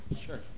Sure